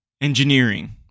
Engineering